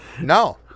No